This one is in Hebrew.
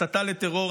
הסתה לטרור,